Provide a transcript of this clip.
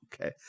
okay